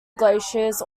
glaciers